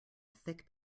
thick